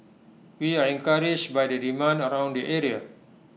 we are encouraged by the demand around the area